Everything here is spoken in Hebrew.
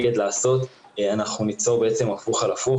אנחנו ניצור הפוך על הפוך.